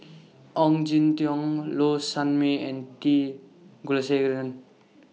Ong Jin Teong Low Sanmay and T Kulasekaram